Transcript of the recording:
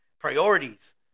priorities